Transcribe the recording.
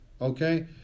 okay